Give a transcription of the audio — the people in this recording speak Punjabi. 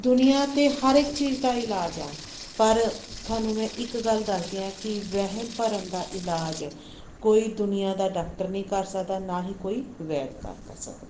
ਦੁਨੀਆਂ 'ਤੇ ਹਰ ਇੱਕ ਚੀਜ਼ ਦਾ ਇਲਾਜ ਆ ਪਰ ਤੁਹਾਨੂੰ ਮੈਂ ਇੱਕ ਗੱਲ ਦੱਸਦੀ ਹਾਂ ਕਿ ਵਹਿਮ ਭਰਮ ਦਾ ਇਲਾਜ ਕੋਈ ਦੁਨੀਆਂ ਦਾ ਡਾਕਟਰ ਨਹੀਂ ਕਰ ਸਕਦਾ ਨਾ ਹੀ ਕੋਈ ਵੈਦ ਕਰ ਸਕਦਾ